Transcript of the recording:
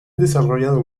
desarrollado